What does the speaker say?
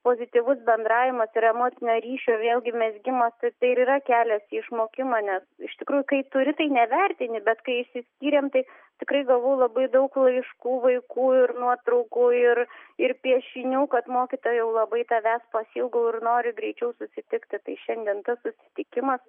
pozityvus bendravimas ir emocinio ryšio vėlgi mezgimas tai tai ir yra kelias į išmokimą nes iš tikrųjų kai turi tai nevertini bet kai išsiskyrėm taip tikrai gavau labai daug laiškų vaikų ir nuotraukų ir ir piešinių kad mokytoja jau labai tavęs pasiilgau ir noriu greičiau susitikti tai šiandien tas susitikimas